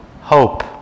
hope